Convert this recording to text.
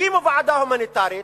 הקימו ועדה הומניטרית,